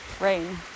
rain